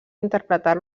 interpretar